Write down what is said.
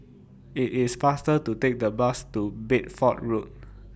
IT IS faster to Take The Bus to Bedford Road